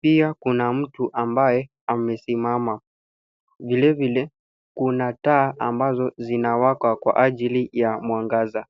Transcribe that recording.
Pia kuna mtu ambaye amesimama. Vile vile kuna taa ambazo zinawaka kwa ajili ya mwangaza.